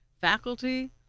faculty